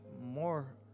more